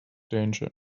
danger